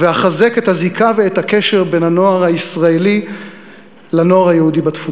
ואחזק את הזיקה ואת הקשר בין הנוער הישראלי לנוער היהודי בתפוצות,